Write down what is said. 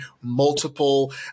multiple